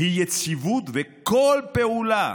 היא יציבות, וכל פעולה,